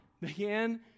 began